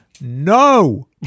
No